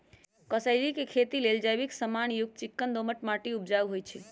कसेलि के खेती लेल जैविक समान युक्त चिक्कन दोमट माटी उपजाऊ होइ छइ